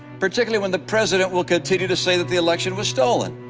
particularly when the president will continue to say that the election was stolen.